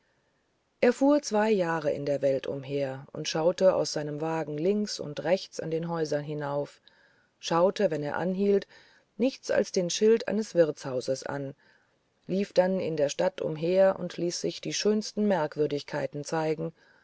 er fuhr zwei jahre in der welt umher und schaute aus seinem wagen links und rechts an den häusern hinauf schaute wenn er anhielt nichts als den schild seines wirtshauses an lief dann in der stadt umher und ließ sich die schönsten merkwürdigkeiten zeigen